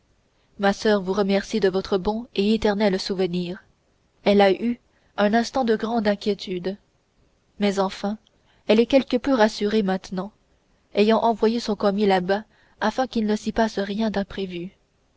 ma soeur vous remercie de votre bon et éternel souvenir elle a eu un instant de grande inquiétude mais enfin elle est quelque peu rassurée maintenant ayant envoyé son commis là-bas afin qu'il ne s'y passe rien d'imprévu